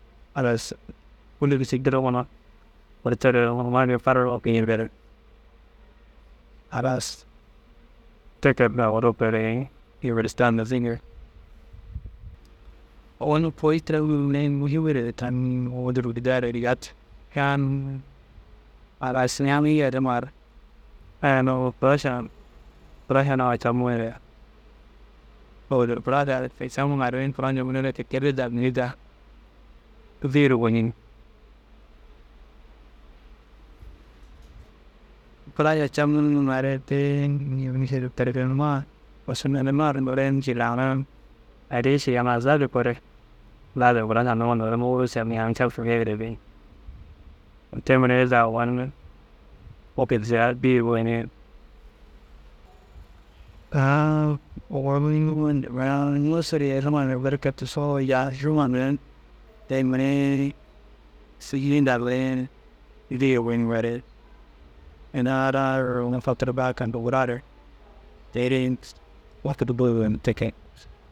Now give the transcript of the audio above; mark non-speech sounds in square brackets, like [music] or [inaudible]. Halas [unintelligible] mire tere re huma gii farar wapu ñendere. Halas tekere agu rûkere ûnivesita noortig. Ogon koyi tira muhimmir tan ôwel dir bidaayer gijaat kee a unnu halas ñaŋii yerimar a nuu fûrašar fûraša nuwa camuŋore ôwel dire fûraša ke camuŋare fûrašar te keru daa minida bîyir goñiŋg. Fûraša camiŋa re tee mišil [unintelligible] noore mišil aŋ arri ši azabi gore lazim fûraša noore moguruu camii aŋ capcii ŋegire beyi te mire za ogon za wôkid ziyaar biyi goyi ŋeeg. [hesitation] ŋunusur yeriŋore berker tigisoo cašooŋa te mire [unintelligible] ina ara fôturdaare turgare gura tere wôkid buru te ke